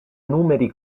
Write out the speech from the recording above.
numeri